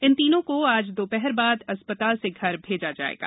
इन तीनों को आज दोपहर बाद अस्पताल से घर भेजा जायेगा